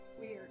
Weird